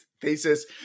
thesis